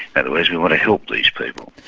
other words, we want to help these people.